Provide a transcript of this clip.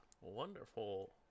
Wonderful